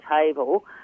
table